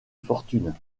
fortune